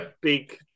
big